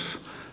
kiitos